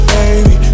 Baby